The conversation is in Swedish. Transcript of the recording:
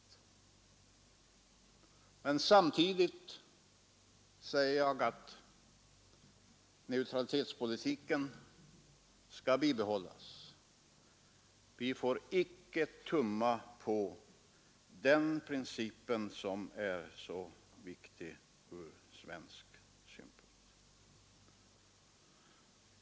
Men samtidigt säger jag att neutralitetspolitiken skall bibehållas. Vi får icke tumma på den principen, som är så viktig ur svensk synpunkt.